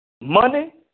Money